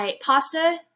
pasta